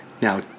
Now